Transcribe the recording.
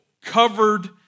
covered